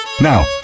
Now